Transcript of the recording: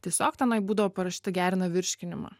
tiesiog tenai būdavo parašyta gerina virškinimą